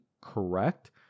correct